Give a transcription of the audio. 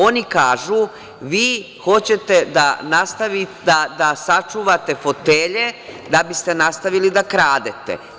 Oni kažu - vi hoćete da sačuvate fotelje da biste nastavili da kradete.